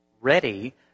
ready